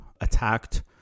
attacked